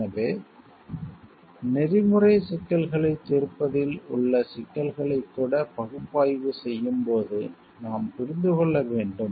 எனவே நெறிமுறை எதிக்ஸ் சிக்கல்களைத் தீர்ப்பதில் உள்ள சிக்கல்களைக் கூட பகுப்பாய்வு செய்யும் போது நாம் புரிந்து கொள்ள வேண்டும்